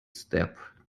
step